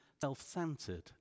self-centered